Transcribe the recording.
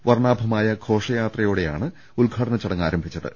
വർണ്ണാഭമായ ഘോഷ യാത്രയോടെയാണ് ഉദ്ഘാടന ചടങ്ങ് ആരംഭിച്ചത്